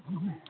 गहुँम चाही